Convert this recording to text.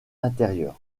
intérieur